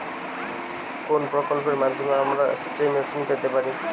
কোন প্রকল্পের মাধ্যমে আমরা স্প্রে মেশিন পেতে পারি?